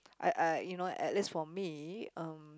I I you know at least for me um